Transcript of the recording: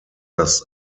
das